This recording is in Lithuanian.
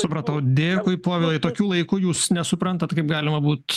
supratau dėkui povilai tokiu laiku jūs nesuprantat kaip galima būt